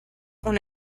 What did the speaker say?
una